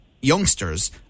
youngsters